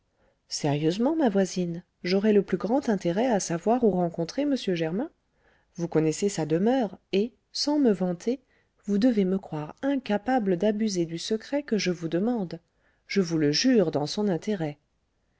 sérieusement ma voisine j'aurais le plus grand intérêt à savoir où rencontrer m germain vous connaissez sa demeure et sans me vanter vous devez me croire incapable d'abuser du secret que je vous demande je vous le jure dans son intérêt